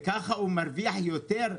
וככה הוא מרוויח יותר.